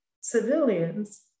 civilians